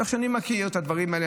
איך שאני מכיר את הדברים האלה,